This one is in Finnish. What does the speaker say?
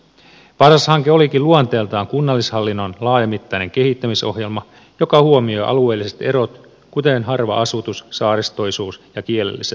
paras hanke olikin luonteeltaan kunnallishallinnon laajamittainen kehittämisohjelma joka huomioi alueelliset erot kuten harvan asutuksen saaristoisuuden ja kielelliset oikeudet